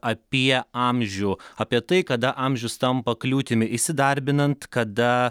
apie amžių apie tai kada amžius tampa kliūtimi įsidarbinant kada